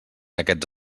aquests